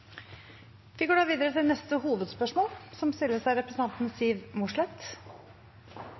Vi går da videre til neste hovedspørsmål.